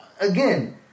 Again